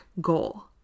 goal